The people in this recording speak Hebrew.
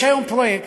יש היום פרויקט,